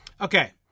Okay